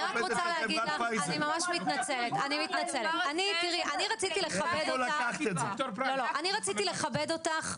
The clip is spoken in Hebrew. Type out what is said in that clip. אני רציתי לכבד אותך.